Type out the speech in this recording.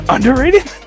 Underrated